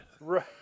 Right